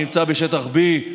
הנמצא בשטח B,